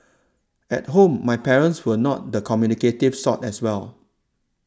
at home my parents were not the communicative sort as well